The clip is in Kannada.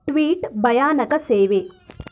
ಟ್ವೀಟ್ ಭಯಾನಕ ಸೇವೆ